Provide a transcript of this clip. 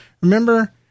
Remember